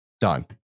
done